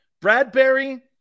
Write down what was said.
Bradbury